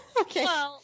Okay